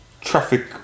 Traffic